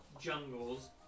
jungles